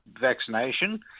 vaccination